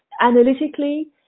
analytically